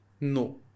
no